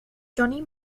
johnny